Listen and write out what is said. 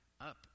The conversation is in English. Up